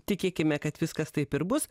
tikėkime kad viskas taip ir bus